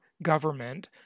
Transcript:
government